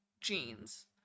jeans